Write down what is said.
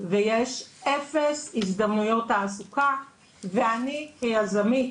ויש אפס הזדמנויות תעסוקה ואני כיזמית